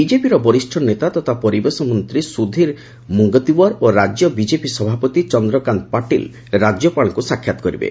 ବିଜେପିର ବରିଷ ନେତା ତଥା ପରିବେଶ ମନ୍ତ୍ରୀ ସୁଧୀର ମୁଙ୍ଗତିଓ୍ୱର ଓ ରାଜ୍ୟ ବିଜେପି ସଭାପତି ଚନ୍ଦ୍ରକାନ୍ତ ପାଟିଲ ରାଜ୍ୟପାଳଙ୍କୁ ସାକ୍ଷାତ କରିବେ